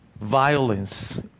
Violence